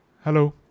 Hello